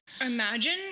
Imagine